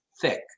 thick